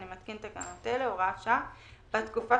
אני מתקין תקנות אלה: הוראת שעה 1.בתקופה